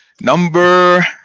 number